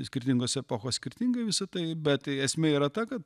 skirtingos epochos skirtingai visa tai bet esmė yra ta kad